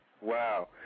Wow